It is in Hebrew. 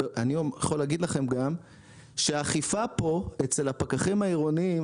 אני יכול להגיד לכם גם שבאכיפה פה אצל הפקחים העירוניים,